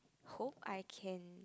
hope I can